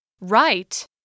Right